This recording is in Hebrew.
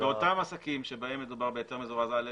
באותם עסקים שבהם מדובר בהיתר מזורז א',